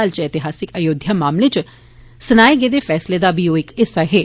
हाल इच ऐतिहासिक अयोध्या मामले इच सनाए गेदे फेसले दा बी ओ इक हिस्सा हे